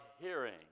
hearing